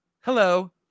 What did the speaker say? Hello